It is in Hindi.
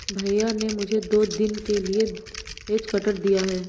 भैया ने मुझे दो दिन के लिए हेज कटर दिया है